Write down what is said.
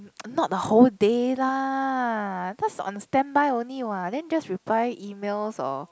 not the whole day lah just on standby only what then just reply emails or